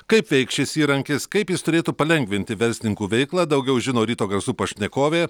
kaip veiks šis įrankis kaip jis turėtų palengvinti verslininkų veiklą daugiau žino ryto garsų pašnekovė